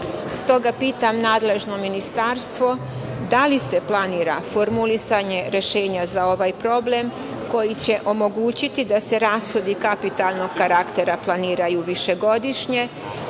planira. Pitam nadležno ministarstvo – da li se planira formulisanje rešenja za ovaj problem koji će omogućiti da se rashodi kapitalnog karaktera planiraju višegodišnje,